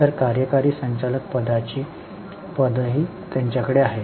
तर कार्यकारी संचालक पदाची आहे